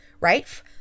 right